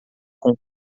com